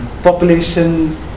population